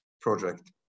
project